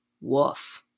Woof